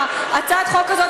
הצעת החוק הזאת,